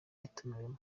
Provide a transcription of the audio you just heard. natumiwemo